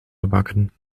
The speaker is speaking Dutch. gebakken